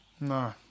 No